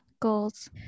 goals